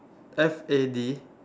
F A D